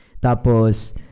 Tapos